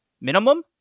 minimum